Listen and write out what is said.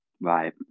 right